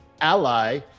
ally